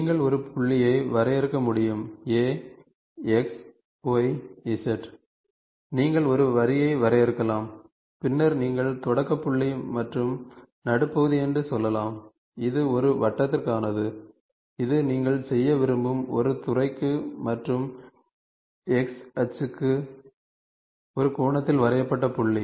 நீங்கள் ஒரு புள்ளியை வரையறுக்க முடியும் Ax y z நீங்கள் ஒரு வரியை வரையறுக்கலாம் பின்னர் நீங்கள் தொடக்க புள்ளி மற்றும் நடுப்பகுதி என்று சொல்லலாம் இது ஒரு வட்டத்திற்கானது இது நீங்கள் செய்ய விரும்பும் ஒரு துறைக்கு மற்றும் X அச்சுக்கு ஒரு கோணத்தில் வரையப்பட்ட புள்ளி